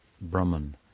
Brahman